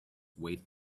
wait